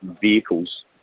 vehicles